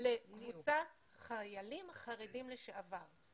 חיילים חרדים לשעבר.